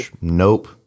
Nope